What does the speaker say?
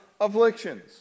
afflictions